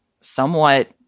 somewhat